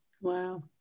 wow